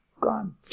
Gone